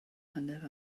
hanner